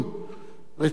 רציני ביותר,